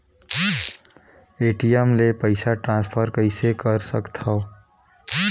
ATM ले पईसा transfer कइसे कर सकथव?